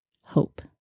hope